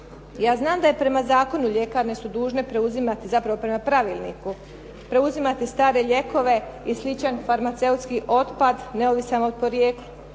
Ja znam da prema zakonu ljekarne su dužne preuzimati, zapravo prema pravilniku preuzimati stare lijekove i sličan farmaceutski otpad neovisan o porijeklu